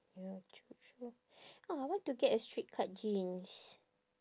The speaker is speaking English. ya true true ah I want to get a straight cut jeans